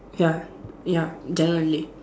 ya ya generally